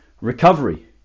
recovery